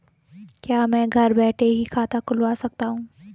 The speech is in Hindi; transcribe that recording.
क्या मैं घर बैठे ही खाता खुलवा सकता हूँ?